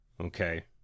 okay